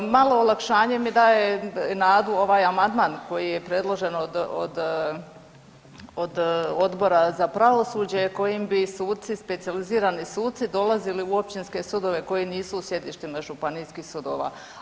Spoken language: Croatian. Malo olakšanje mi daje i nadu ovaj amandman koji je predložen od, od, od Odbora za pravosuđe kojim bi suci, specijalizirani suci, dolazili u općinske sudove koji nisu u sjedištima županijskih sudova.